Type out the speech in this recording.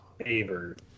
favorite